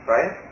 Right